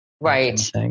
right